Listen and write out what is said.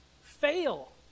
Fail